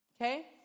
okay